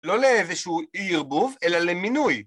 לא לאיזשהו אי ערבוב, אלא למינוי.